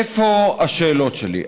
איפה השאלות שלי?